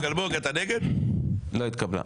לא התקבלה.